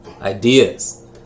Ideas